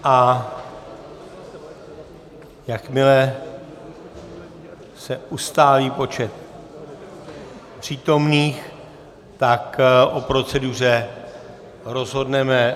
A jakmile se ustálí počet přítomných, tak o proceduře rozhodneme.